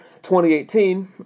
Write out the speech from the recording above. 2018